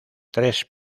tres